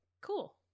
cool